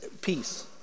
peace